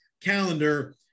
calendar